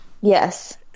Yes